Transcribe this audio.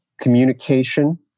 communication